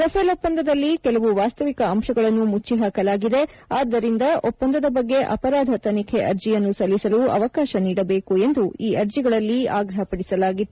Rafale ಒಪ್ಸಂದದಲ್ಲಿ ಕೆಲವು ವಾಸ್ತವಿಕ ಅಂಶಗಳನ್ನು ಮುಚ್ಚಿ ಹಾಕಲಾಗಿದೆ ಆದ್ದರಿಂದ ಒಪ್ಪಂದದ ಬಗ್ಗೆ ಅಪರಾಧ ತನಿಖೆ ಅರ್ಜಿಯನ್ನು ಸಲ್ಲಿಸಲು ಅವಕಾಶ ನೀಡಬೇಕು ಎಂದು ಈ ಅರ್ಜಿಗಳಲ್ಲಿ ಆಗ್ರಹ ಪಡಿಸಲಾಗಿತ್ತು